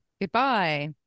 Goodbye